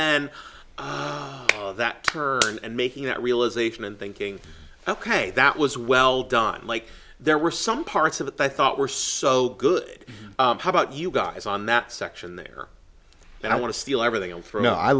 that and making that realization and thinking ok that was well done like there were some parts of it i thought were so good how about you guys on that section there and i want to steal everything